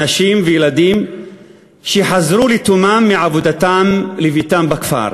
נשים וילדים שחזרו לתומם מעבודתם לביתם בכפר.